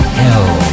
hell